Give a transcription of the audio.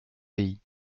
pays